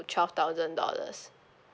twelve thousand dollars